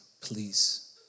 please